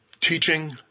Teaching